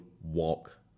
Walk